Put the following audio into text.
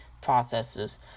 processes